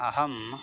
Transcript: अहम्